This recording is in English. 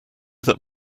that